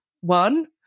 one